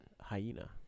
hyena